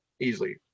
easily